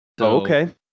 Okay